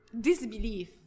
disbelief